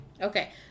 Okay